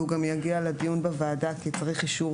והוא גם יגיע לדיון בוועדה כי צריך אישור